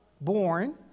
born